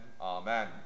Amen